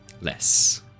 less